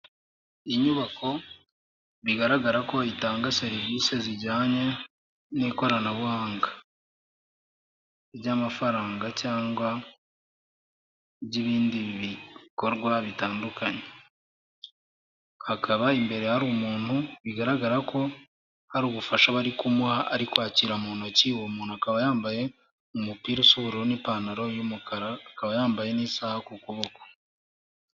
Inyubako bigaragara ko itanga serivise zijyanye n'ikoranabuhanga ry'amafaranga cyangwa ry'ibindi bikorwa bitandukanye. Hakaba imbere hari umuntu bigaragara ko hari ubufasha bari kumuha ari kwakira mu ntoki, uwo muntu akaba yambaye umupira usa ubururu n'ipantaro y'umukara, akaba yambaye n'isaha ku kuboko.